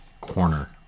corner